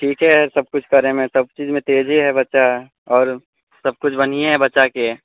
ठीके हइ सबकिछु करैमे सबचीजमे तेजे हइ बच्चा आओर सबकिछु बढ़िए हइ बच्चाके